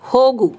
ಹೋಗು